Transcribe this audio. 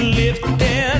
lifting